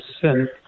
sin